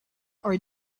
are